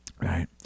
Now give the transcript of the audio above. Right